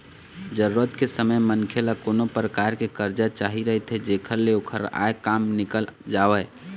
जरूरत के समे मनखे ल कोनो परकार के करजा चाही रहिथे जेखर ले ओखर आय काम निकल जावय